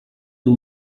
two